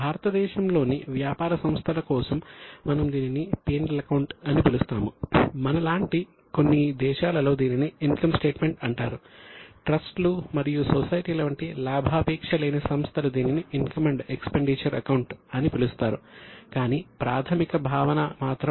భారతదేశంలోని వ్యాపార సంస్థల కోసం మనం దీనిని P L అకౌంట్ అని పిలుస్తారు కాని ప్రాథమిక భావన మాత్రం P L అకౌంట్